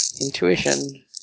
intuition